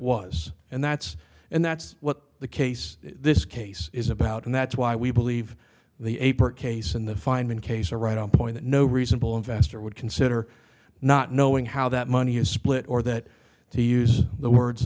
was and that's and that's what the case this case is about and that's why we believe the apra case in the fineman case are right on point no reasonable investor would consider not knowing how that money is split or that to use the words